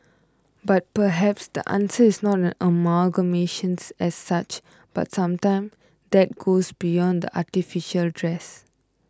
but perhaps the answer is not an amalgamations as such but sometime that goes beyond the artificial dress